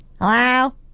Hello